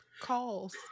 Calls